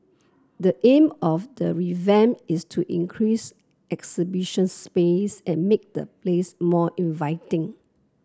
the aim of the revamp is to increase space and make the place more inviting